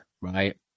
right